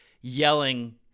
yelling